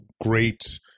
great